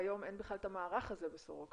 כיום אין בכלל את המערך הזה בסורוקה,